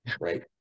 right